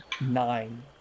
Nine